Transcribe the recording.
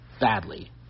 badly